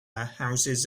houses